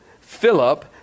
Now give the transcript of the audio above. Philip